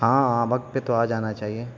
ہاں ہاں وقت پہ تو آ جانا چاہیے